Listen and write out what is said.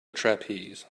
trapeze